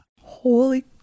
Holy